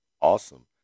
awesome